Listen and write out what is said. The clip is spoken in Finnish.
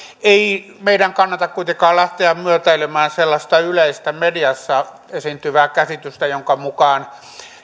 ei meidän kannata kuitenkaan lähteä myötäilemään sellaista yleistä mediassa esiintyvää käsitystä jonka mukaan